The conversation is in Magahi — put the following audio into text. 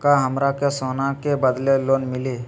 का हमरा के सोना के बदले लोन मिलि?